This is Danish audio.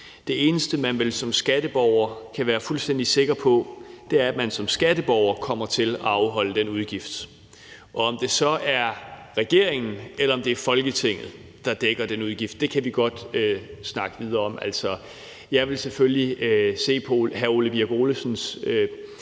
Det eneste, man vel som skatteborger kan være fuldstændig sikker på, er, at man som skatteborger kommer til at afholde den udgift, og om det så er regeringen, eller om det er Folketinget, der dækker den udgift, kan vi godt snakke videre om. Jeg vil selvfølgelig se på hr. Ole Birk Olesens